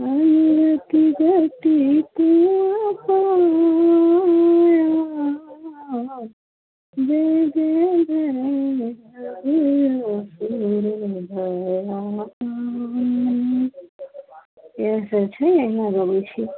अनुगति गति तुअ पाया जै जै भैरवि असुर भयाउनि इएहसब छै एहिना गबै छै